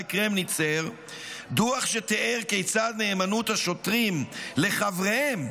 קרמניצר דוח שתיאר כיצד נאמנות השוטרים לחבריהם